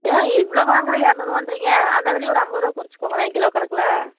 ஆ இவ்வளோ வாங்கறேன் இரநூறுவான்றீங்க அது அதுலியே ஒரு ஐம்பது ருபா குறச்சிகோங்களேன் கிலோ கணக்கில்